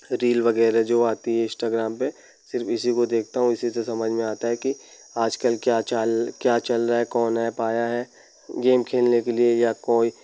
reel वगैरह जो आती है इस्टाग्राम पर सिर्फ इसिको देखता हूँ इसी से समझ में आता है कि आजकल क्या चाल क्या चल रहा है कौन है पाया है गेम खेलने के लिए या कोई